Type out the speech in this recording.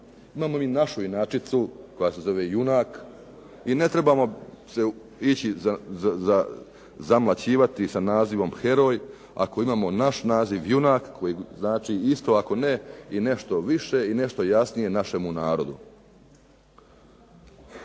Imamo mi našu inačicu koja se zove junak i ne trebamo ići zamlaćivati sa nazivom heroj ako imamo naš naziv junak koji znači isto, ako ne i nešto više i nešto jasnije našemu narodu.